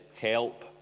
help